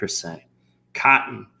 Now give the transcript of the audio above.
cotton